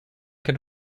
can